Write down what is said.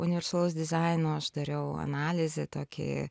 universalaus dizaino aš dariau analizę tokį